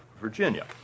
Virginia